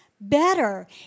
better